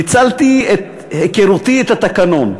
ניצלתי את היכרותי את התקנון,